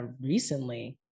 recently